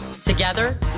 Together